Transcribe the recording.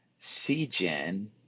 CGen